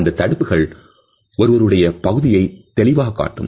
அந்தத் தடுப்புகள் ஒருவருடைய பகுதியை தெளிவாக காட்டும்